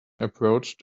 approached